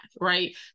right